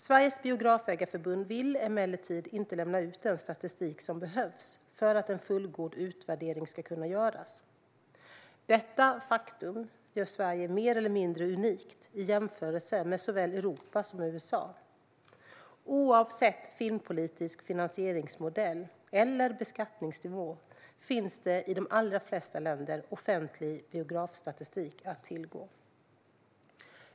Sveriges Biografägareförbund vill emellertid inte lämna ut den statistik som behövs för att en fullgod utvärdering ska kunna göras. Detta faktum gör Sverige mer eller mindre unikt i jämförelse med såväl Europa som USA. Oavsett filmpolitisk finansieringsmodell eller beskattningsnivå finns det i de allra flesta länder offentlig biografstatistik att tillgå.